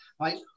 right